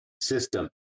system